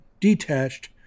detached